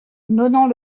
nonant